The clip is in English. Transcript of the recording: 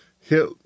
hit